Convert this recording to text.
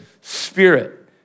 spirit